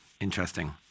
interesting